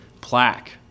plaque